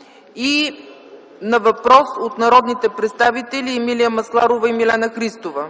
Миков и от народните представители Емилия Масларова и Милена Христова.